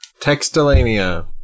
textilania